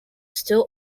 still